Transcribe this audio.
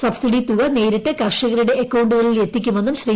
subsidy തുക നേരിട്ട് കർഷകരുടെ അക്കൌണ്ടുകളിൽ എത്തിക്കുമെന്നും ശ്രീ